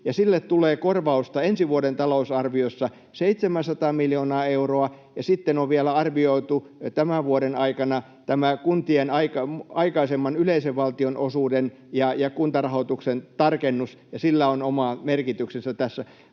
sille tulee korvausta ensi vuoden talousarviossa 700 miljoonaa euroa, ja sitten on vielä arvioitu tämän vuoden aikana tämä kuntien aikaisemman yleisen valtionosuuden ja kuntarahoituksen tarkennus, ja sillä on oma merkityksensä tässä.